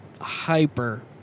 hyper